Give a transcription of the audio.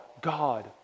God